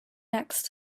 next